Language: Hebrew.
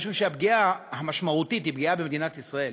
משום שהפגיעה המשמעותית היא פגיעה במדינת ישראל,